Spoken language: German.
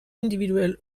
individuell